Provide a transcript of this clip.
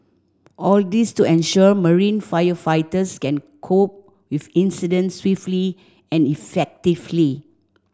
all this to ensure marine firefighters can cope with incidents swiftly and effectively